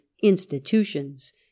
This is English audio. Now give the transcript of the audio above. institutions